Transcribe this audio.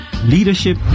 leadership